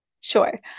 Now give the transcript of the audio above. sure